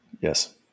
Yes